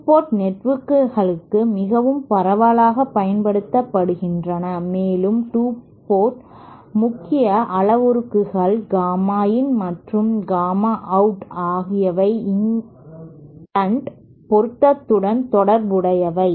2 port நெட்வொர்க்குகள் மிகவும் பரவலாகப் பயன்படுத்தப்படுகின்றன மேலும் 2 முக்கிய அளவுருக்கள் காமா in மற்றும் காமா out ஆகியவை இன்சிடென்ட் பொருத்தத்துடன் தொடர்புடையவை